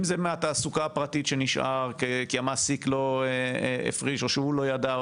אם זה מהתעסוקה הפרטית שנשאר כי המעסיק לא הפריש או שהוא לא ידע,